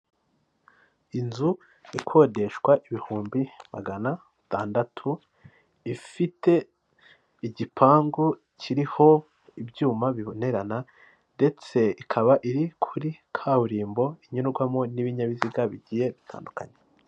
Inzu ikodeshwa ibihumbi magana atandatu. Ifite igipangu kiriho ibyuma bibonerana ndetse ikaba iri kuri kaburimbo inyurwamo n'ibinyabiziga bigiye bitandukanye.